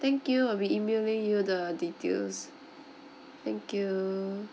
thank you we'll be emailing you the details thank you